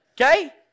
Okay